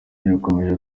yakomeje